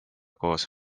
koos